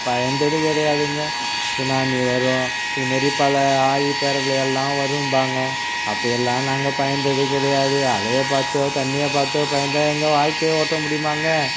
பயந்தது கிடையாதுங்க சுனாமி வரும் இது மாதிரி பல ஆழிப்பேரலை எல்லாம் வரும்பாங்க அப்போ எல்லாம் நாங்கள் பயந்தது கிடையாது அலையை பார்த்தோ தண்ணியை பார்த்தோ பயந்தா எங்கள் வாழ்க்கையை ஓட்ட முடியுமாங்க